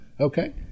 Okay